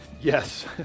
yes